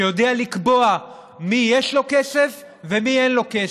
שיודע לקבוע מי יש לו כסף ומי אין לו כסף.